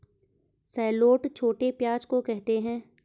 shallot छोटे प्याज़ को कहते है